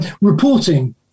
Reporting